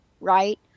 right